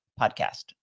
podcast